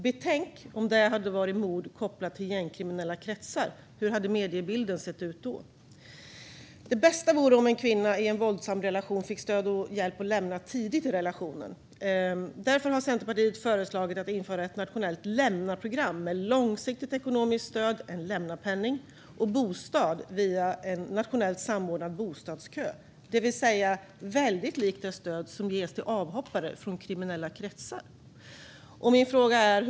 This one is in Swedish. Betänk om detta hade varit mord kopplat till gängkriminella kretsar, hur hade mediebilden sett ut då? Det bästa vore om en kvinna i en våldsam relation fick stöd och hjälp att lämna mannen tidigt i relationen. Därför har Centerpartiet föreslagit att ett nationellt lämnaprogram införs med långsiktigt ekonomiskt stöd, en lämnapenning, och bostad via en nationellt samordnad bostadskö, det vill säga väldigt likt det stöd som ges avhoppare från kriminella kretsar.